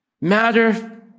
matter